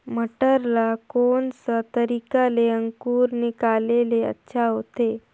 मटर ला कोन सा तरीका ले अंकुर निकाले ले अच्छा होथे?